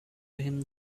him